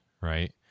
right